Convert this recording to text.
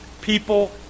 people